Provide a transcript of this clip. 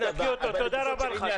תודה רבה לך.